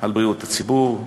על בריאות הציבור,